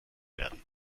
werden